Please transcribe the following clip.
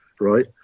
right